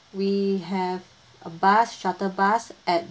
we have a bus shuttle bus at